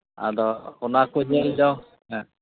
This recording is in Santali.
ᱟᱫᱚ ᱚᱱᱟᱠᱚ ᱧᱮᱞ ᱡᱚᱝ ᱦᱮᱸ